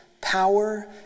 power